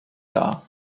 dar